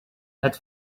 het